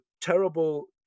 terrible